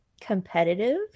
competitive